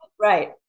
Right